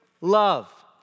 love